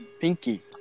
Pinky